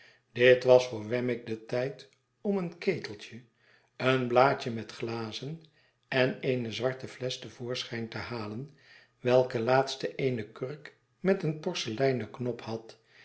dit was voor wemmick de tijd om een keteltje een blaadje met glazen en eene zwarte flesch te voorschijn te halen welke laatste eene kurk met een porseleinen knop had